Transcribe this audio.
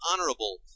honorable